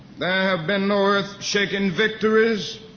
there have been no earth-shaking victories,